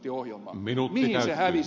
mihin se hävisi